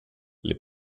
les